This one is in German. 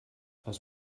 aus